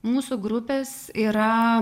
mūsų grupės yra